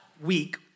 week